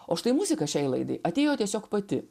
o štai muzika šiai laidai atėjo tiesiog pati